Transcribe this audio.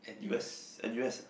U_S N_U_S ah